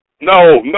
No